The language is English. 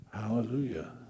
Hallelujah